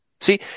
See